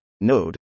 node